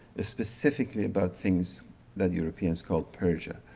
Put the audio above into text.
specifically about things that europeans call persia.